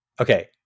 okay